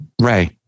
Ray